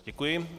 Děkuji.